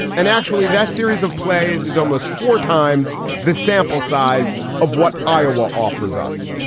and actually, that series of plays is almost four times the sample size of what iowa offers us.